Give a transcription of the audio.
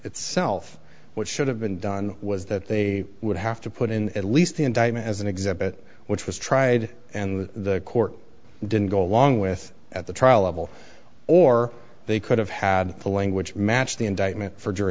itself what should have been done was that they would have to put in at least the indictment as an exhibit which was tried and the court didn't go along with at the trial level or they could have had the language matched the indictment for jury